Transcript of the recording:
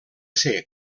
ser